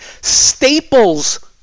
Staples